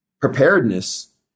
preparedness